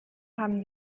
haben